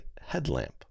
headlamp